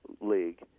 league